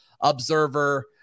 Observer